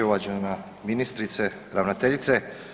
Uvažena ministrice, ravnateljice.